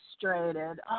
frustrated